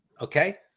Okay